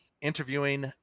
Interviewing